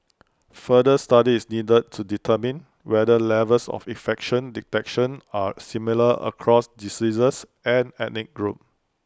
further study is needed to determine whether levels of infection detection are similar across diseases and ethnic groups